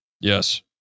Yes